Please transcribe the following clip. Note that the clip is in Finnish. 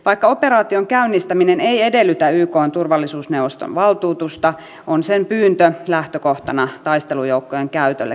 vaikka operaation käynnistäminen ei edellytä ykn turvallisuusneuvoston valtuutusta on sen pyyntö lähtökohtana taistelujoukkojen käytölle kriisitilanteessa